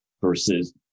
versus